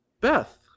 beth